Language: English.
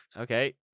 Okay